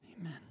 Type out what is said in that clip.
Amen